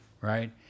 Right